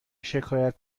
شکایت